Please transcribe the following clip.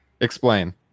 Explain